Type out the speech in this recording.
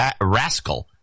rascal